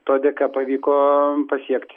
to dėka pavyko pasiekti